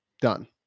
Done